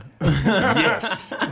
Yes